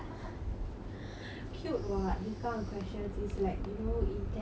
cute what this kind of questions is like you know intelligent questions